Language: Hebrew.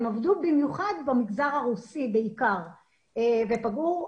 הם עבדו במיוחד במגזר הרוסי בעיקר ופגעו.